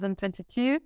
2022